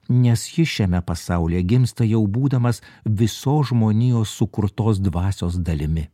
nes ji šiame pasaulyje gimsta jau būdamas visos žmonijos sukurtos dvasios dalimi